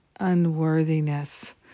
unworthiness